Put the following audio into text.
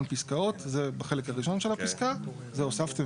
הפסקאות" זה בחלק הראשון של הפסקה " נמכרו